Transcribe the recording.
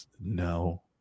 no